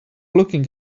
looking